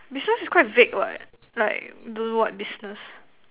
business is quite vague what like don't know what business